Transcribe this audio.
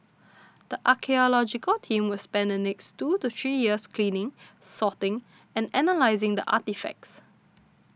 the archaeological team will spend the next two to three years cleaning sorting and analysing the artefacts